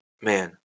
man